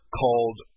called